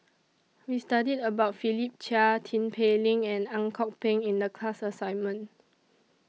We studied about Philip Chia Tin Pei Ling and Ang Kok Peng in The class assignment